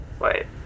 Wait